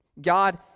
God